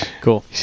Cool